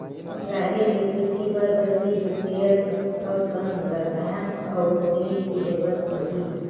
राहेर के खेती बर प्रति हेक्टेयर कतका कन रसायन अउ बीज के जरूरत पड़ही?